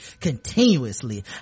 continuously